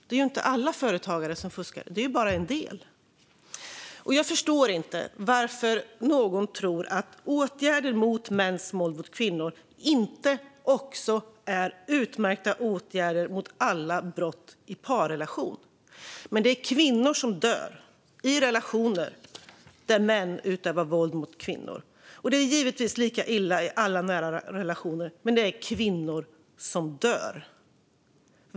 Det är ju inte alla företagare som fuskar utan bara en del. Jag förstår inte varför någon tror att åtgärder mot mäns våld mot kvinnor inte också är utmärkta åtgärder mot alla brott i parrelationer. Det är kvinnor som dör i relationer där män utövar våld mot kvinnor. Det är givetvis lika illa i alla nära relationer, men det är kvinnor som dör.